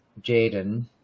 Jaden